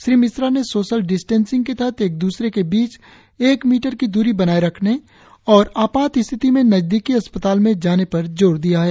श्री मिश्रा ने social distancing के तहत एक दूसरे के बीच एक मीटर की द्री बनाएं रखने और आपात स्थिति में नजदीकी अस्पताल में जाने पर जोर दिया है